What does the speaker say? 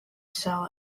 sell